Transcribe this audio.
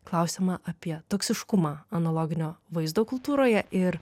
klausiama apie toksiškumą analoginio vaizdo kultūroje ir